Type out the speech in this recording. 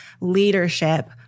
leadership